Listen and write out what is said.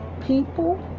people